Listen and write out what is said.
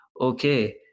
Okay